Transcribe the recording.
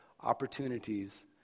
opportunities